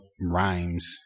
rhymes